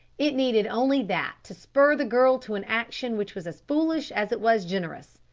it needed only that to spur the girl to an action which was as foolish as it was generous.